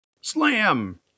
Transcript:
Slam